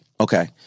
Okay